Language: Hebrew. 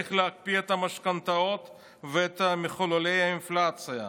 צריך להקפיא את המשכנתאות ואת מחוללי האינפלציה.